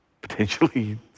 potentially